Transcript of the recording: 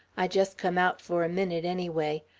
i just come out for a minute, anyway.